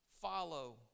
follow